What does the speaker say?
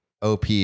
op